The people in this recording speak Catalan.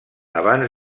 abans